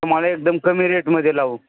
तुम्हाला एकदम कमी रेटमध्ये लावू